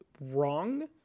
Wrong